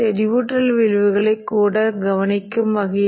திரும்பும் விகிதம் n படத்தில் வரும்